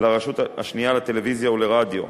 לרשות השנייה לטלוויזיה ורדיו.